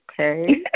Okay